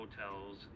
hotels